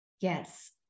Yes